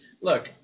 look